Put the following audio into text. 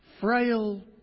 frail